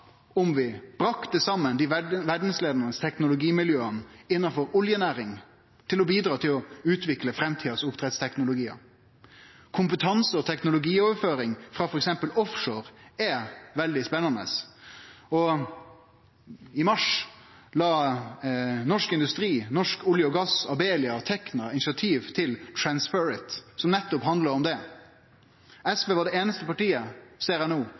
om vi bringa saman dei verdsleiande teknologimiljøa innanfor oljenæringa for å bidra til å utvikle framtidas oppdrettsteknologiar? Kompetanse- og teknologioverføring frå f.eks. offshore er veldig spennande, og i mars tok Norsk Industri, Norsk Olje og Gass, Abelia og Tekna initiativ til Transferit, som nettopp handlar om det. SV er det einaste partiet, ser eg no,